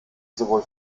sowohl